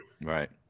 right